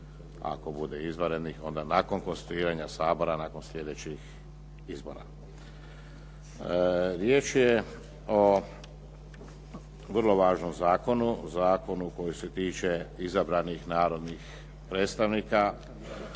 ako bude izvanrednih, onda nakon konstituiranja Sabora nakon sljedećih izbora. Riječ je o vrlo važnom zakonu, zakonu koji se tiče izabranih narodnih predstavnika